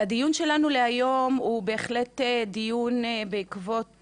הדיון שלנו להיום הוא בהחלט דיון בעקבות